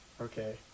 Okay